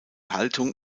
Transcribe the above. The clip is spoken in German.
haltung